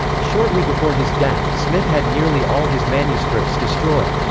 shortly before his death, smith had nearly all his manuscripts destroyed.